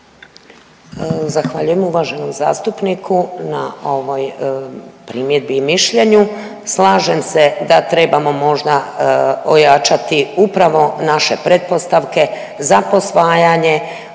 Zahvaljujem uvaženom zastupniku na ovoj primjedbi i mišljenju. Slažem se da trebamo možda ojačati upravo naše pretpostavke za posvajanje,